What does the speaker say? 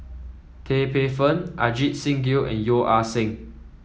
Tan Paey Fern Ajit Singh Gill and Yeo Ah Seng